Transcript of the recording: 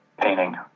painting